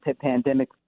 pandemic